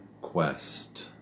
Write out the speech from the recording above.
quest